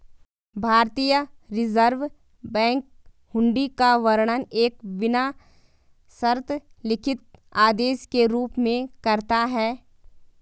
भारतीय reserve bank हुंडी का वर्णन एक बिना शर्त लिखित आदेश के रूप में करता है